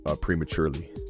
prematurely